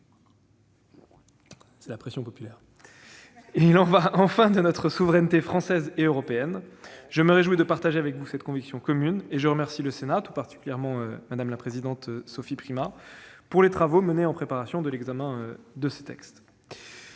de la valeur. Il y va enfin de notre souveraineté française et européenne. Je me réjouis de partager avec vous cette conviction commune. Je remercie le Sénat, et tout particulièrement Mme Sophie Primas, des travaux menés en préparation de l'examen de ce texte.